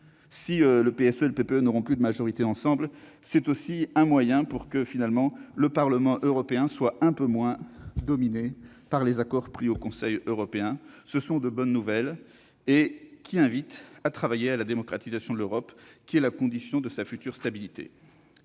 le PSE et le PPE n'auront plus de majorité ensemble. C'est aussi un moyen pour que le Parlement européen soit un peu moins dominé par les accords conclus au sein du Conseil européen. Ce sont de bonnes nouvelles. Cela invite à travailler à la démocratisation de l'Europe, qui est la condition de sa future stabilité.